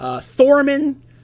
Thorman